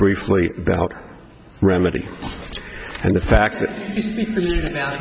briefly about remedy and the fact that